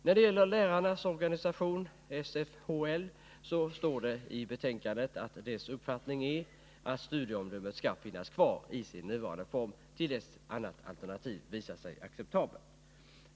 När det gäller lärarnas organisation, SFHL, står det i betänkandet att dess uppfattning är att studieomdömet skall finnas kvar i sin nuvarande form till dess annat alternativ visar sig acceptabelt.